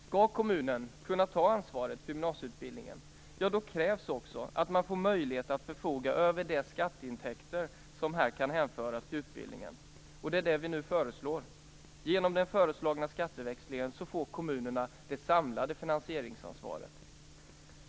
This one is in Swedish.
Skall kommunen kunna ta ansvaret för gymnasieutbildningen, så krävs det också att man får möjlighet att förfoga över de skatteintäkter som här kan hänföras till utbildningen. Det är det vi nu föreslår. Genom den föreslagna skatteväxlingen, får kommunerna det samlade finansieringsansvaret.